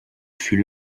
fut